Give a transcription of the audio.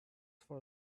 for